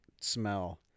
smell